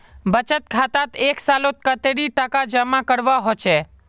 बचत खातात एक सालोत कतेरी टका जमा करवा होचए?